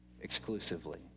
exclusively